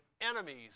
enemies